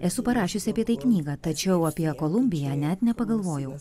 esu parašiusi apie tai knygą tačiau apie kolumbiją net nepagalvojau